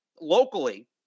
locally